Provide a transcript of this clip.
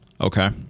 okay